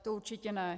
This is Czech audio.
To určitě ne.